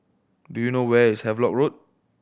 do you know where is Havelock Road